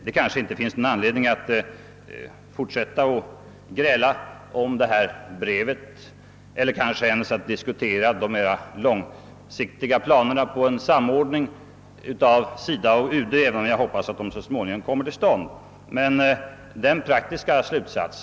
Det är kanske inte anledning att fortsätta att gräla om det här brevet eller ens att diskutera mera långsiktiga planer på en samordning mellan SIDA och UD, men jag hoppas att en sådan samordning så småningom kommer till stånd.